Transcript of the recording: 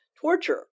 torture